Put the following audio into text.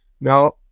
Now